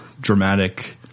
dramatic